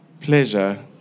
pleasure